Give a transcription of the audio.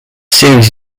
series